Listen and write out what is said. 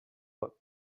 what